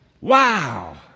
Wow